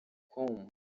com